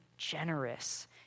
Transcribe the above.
generous